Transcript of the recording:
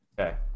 Okay